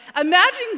imagine